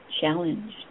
challenged